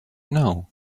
now